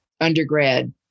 undergrad